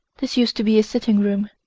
this used to be a sitting-room.